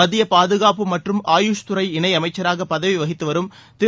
மத்திய பாதுகாப்பு மற்றும் ஆயுஷ்துறை இணை அமைச்சராக பதவி வகித்து வரும் திரு